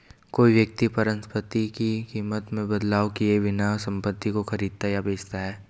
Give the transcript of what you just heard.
कोई व्यक्ति परिसंपत्ति की कीमत में बदलाव किए बिना संपत्ति को खरीदता या बेचता है